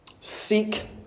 Seek